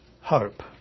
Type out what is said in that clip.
hope